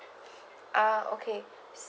ah okay